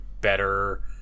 better